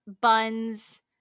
buns